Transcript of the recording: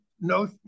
no